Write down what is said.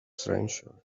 strangers